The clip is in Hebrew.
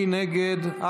מי נגד?